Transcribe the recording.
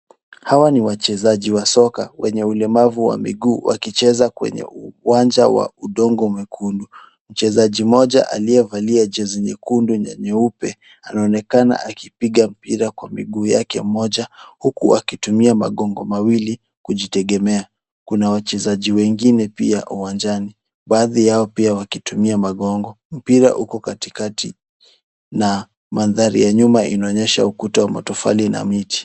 Hawa ni wachezaji wa soka wenye ulemavu wa miguu wakicheza kwenye uwanja wa udongo mwekundu. Mchezaji mmoja aliyevalia jezi nyekundu na nyeupe anaonekana akipiga mpira kwa mguu wake mmoja huku akitumia magongo mawili kujitegemea. Kuna wachezaji wengine pia uwanjani. Baadhi yao pia wakitumia magongo. Mpira uko katikati na mandhari ya nyuma inaonyesha ukuta wa matofali na miti.